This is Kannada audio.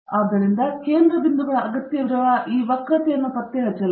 ಆದ್ದರಿಂದ ಕೇಂದ್ರ ಬಿಂದುಗಳ ಅಗತ್ಯವಿರುವ ಈ ವಕ್ರತೆಯನ್ನು ಪತ್ತೆಹಚ್ಚಲು